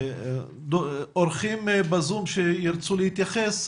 אנשים לתרגם